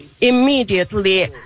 immediately